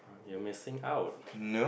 you are missing out